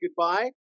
goodbye